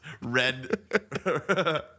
red